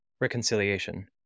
reconciliation